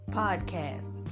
podcast